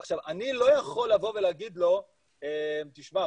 אני לא יכול להגיד לו: תשמע,